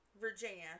Virginia